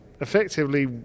effectively